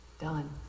Done